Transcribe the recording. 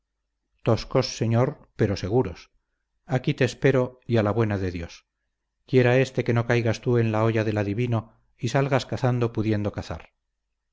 lazos toscos señor per o seguros aquí te espero y a la buena de dios quiera éste que no caigas tú en la hoya del adivino y salgas cazado pudiendo cazar